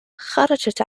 خرجت